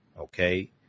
Okay